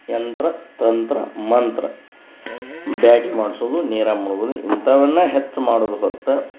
ಯಂತ್ರ ತಂತ್ರ ಮಂತ್ರ ಬ್ಯಾಟೆ ಮಾಡಿಸೋದು ನೀರಾಗೆ ಮುಳ್ಗೋದು ಇಂಥವನ್ನೇ ಹೆಚ್ಚು ಮಾಡೋದ್ ಹೊರ್ತು